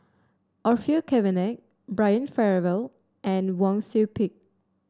Orfeur Cavenagh Brian Farrell and Wang Sui Pick